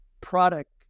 product